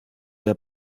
der